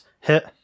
hit